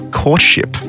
courtship